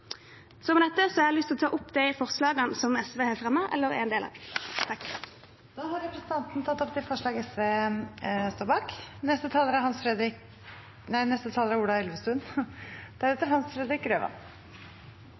Med dette har jeg lyst til å ta opp de forslagene SV har fremmet eller er en del av. Representanten Solveig Skaugvoll Foss har tatt opp de forslagene hun refererte til. Norge og verden er